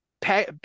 pay